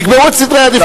תקבעו את סדרי העדיפויות.